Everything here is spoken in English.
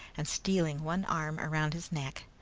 and stealing one arm round his neck,